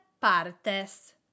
partes